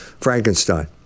Frankenstein